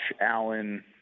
Allen